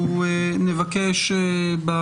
בדיוק,